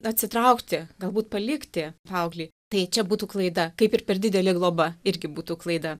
atsitraukti galbūt palikti paauglį tai čia būtų klaida kaip ir per didelė globa irgi būtų klaida